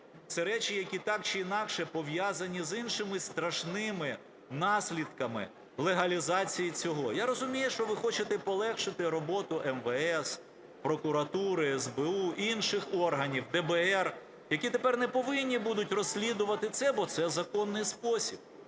це речі, які так чи інакше пов'язані з іншими страшними наслідками легалізації цього. Я розумію, що ви хочете полегшати роботу МВС, прокуратури, СБУ, інших органів, ДБР, які тепер не повинні будуть розслідувати це, бо це законний спосіб.